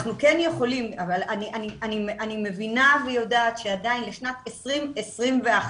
אני מבינה ויודעת של-2021,